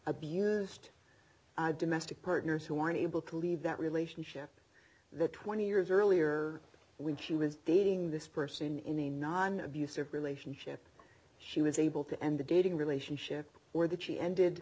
domestic partners who weren't able to leave that relationship there twenty years earlier when she was dating this person in a non abusive relationship she was able to end the dating relationship or that she ended